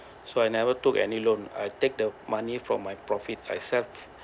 so I never took any loan I take the money from my profit I sell